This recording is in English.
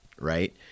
right